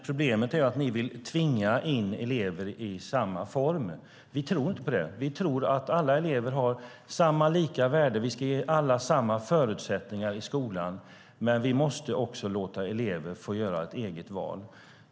Problemet är att ni vill tvinga in elever i samma form. Vi tror inte på det. Vi tror att alla elever har lika värde. Vi ska ge alla samma förutsättningar i skolan, men vi måste också låta elever göra ett eget val.